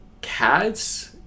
Cats